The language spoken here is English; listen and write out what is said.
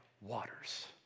waters